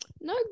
no